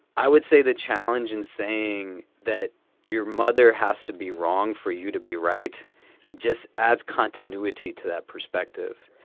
i would say the challenge in saying that your mother has to be wrong for you to be right just adds continuity to that perspective.